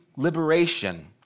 Liberation